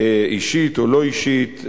אישית או לא אישית,